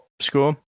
score